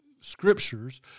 Scriptures